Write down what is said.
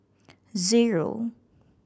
zero